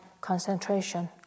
concentration